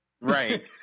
Right